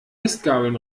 mistgabeln